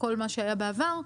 לכל מה שהיה בעבר,